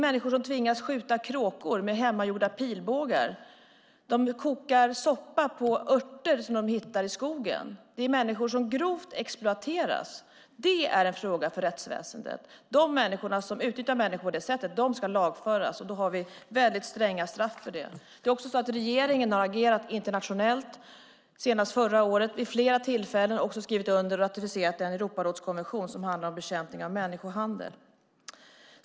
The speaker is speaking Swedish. Människor tvingas skjuta kråkor med hemmagjorda pilbågar och koka soppa på örter de hittat i skogen. Människor exploateras grovt, och det är en fråga för rättsväsendet. De människor som utnyttjar andra på detta sätt ska lagföras. Vi har stränga straff för det. Regeringen har också agerat internationellt, senast förra året, och skrivit under och ratificerat den Europarådskonvention som handlar om bekämpning av människohandel.